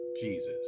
Jesus